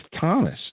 Thomas